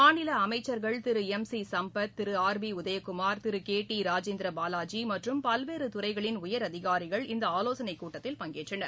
மாநில அமைச்சர்கள் Thiru M C Sampath Thiru R B Udhayakumar Thiru K T Rajendrabalaji மற்றும் பல்வேறு துறைகளின் உயர் அதிகாரிகள் இந்த ஆலோசனை கூட்டத்தில் பங்கேற்றனர்